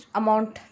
amount